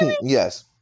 Yes